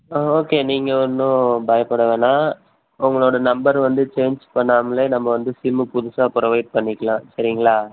ஆ okay நீங்கள் ஒன்றும் பயப்பட வேணாம் உங்களோடய நம்பர் வந்து சேஞ்ச் பண்ணாம்லையே நம்ப வந்து சிம்மு புதுசாக ப்ரொவைட் பண்ணிக்கலாம் சரிங்களா